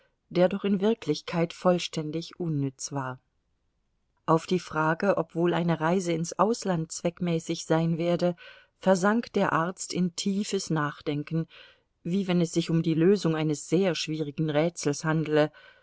der doch in wirklichkeit vollständig unnütz war auf die frage ob wohl eine reise ins ausland zweckmäßig sein werde versank der arzt in tiefes nachdenken wie wenn es sich um die lösung eines sehr schwierigen rätsels handele